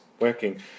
working